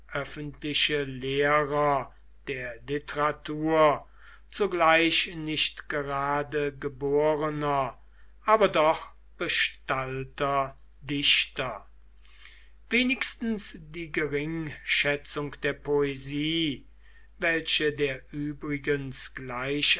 öffentliche lehrer der literatur zugleich nicht gerade geborener aber doch bestallter dichter wenigstens die geringschätzung der poesie welche der übrigens